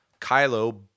Kylo